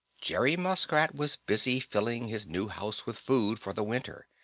jerry muskrat was busy filling his new house with food for the winter.